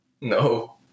No